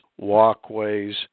walkways